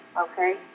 Okay